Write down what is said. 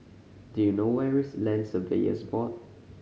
do you know where is Land Surveyors Board